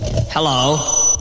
Hello